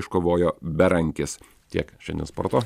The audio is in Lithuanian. iškovojo berankis tiek šiandien sporto